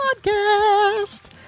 Podcast